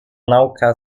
nauka